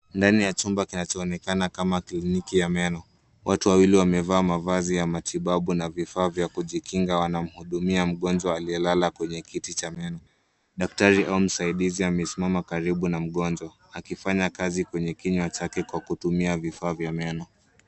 Ndani ya chumba kinachoonekana kama kliniki ya meno. Watu wawili wamevaa mavazi ya matibabu na vifaa vya kujikinga wanamhudumia mgonjwa aliyelala kwenye kiti cha meno. Daktari au msaidizi amesimama karibu na mgonjwa akifanya kazi kwenye kinywa chake kwa kutumia vifaa vya meno.